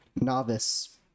novice